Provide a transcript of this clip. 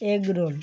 egg roll